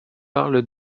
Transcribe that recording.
parle